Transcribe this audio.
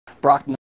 Brock